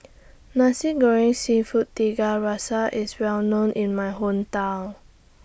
Nasi Goreng Seafood Tiga Rasa IS Well known in My Hometown